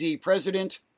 President